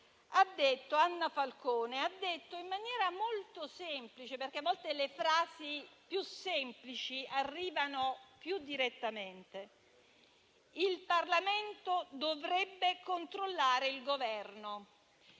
Anna Falcone ha detto in maniera molto semplice - a volte le frasi semplici arrivano più direttamente - che il Parlamento dovrebbe controllare il Governo: